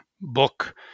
book